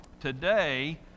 today